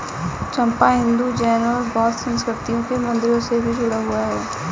चंपा हिंदू, जैन और बौद्ध संस्कृतियों के मंदिरों से भी जुड़ा हुआ है